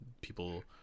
people